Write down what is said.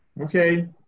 Okay